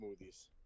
smoothies